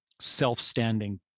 self-standing